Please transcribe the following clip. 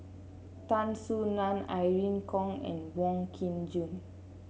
Tan Soo Nan Irene Khong and Wong Kin Jong